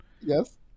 yes